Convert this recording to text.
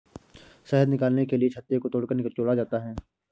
शहद निकालने के लिए छत्ते को तोड़कर निचोड़ा जाता है